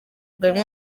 bimwe